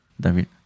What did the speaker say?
David